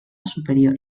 superior